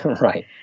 Right